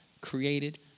created